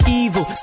evil